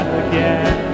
again